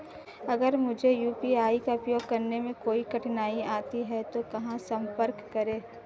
अगर मुझे यू.पी.आई का उपयोग करने में कोई कठिनाई आती है तो कहां संपर्क करें?